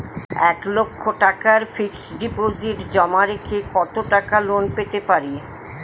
এক লক্ষ টাকার fixed deposit জমা রেখে কত টাকা লোন পেতে পারি?